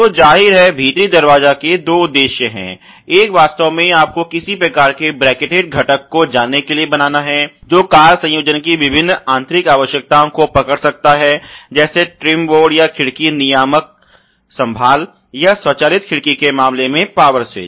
तो जाहिर है भीतरी दरवाजा के दो उद्देश्य हैं एक वास्तव में आपको किसी प्रकार के ब्रैकेटेड घटक को जानने के लिए बनाना है जो कार संयोजन की विभिन्न आंतरिक आवश्यकताओं को पकड़ सकता है जैसे ट्रिम बोर्ड या खिड़की नियामक संभाल या स्वचालित खिड़की के मामले में पावर स्विच